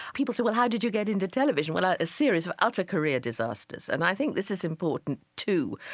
people say, well, how did you get into television? well, a series of utter career disasters. and i think this is important, too.